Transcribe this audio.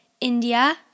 India